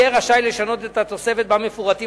יהיה רשאי לשנות את התוספת שבה מפורטים